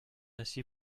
ainsi